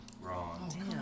Wrong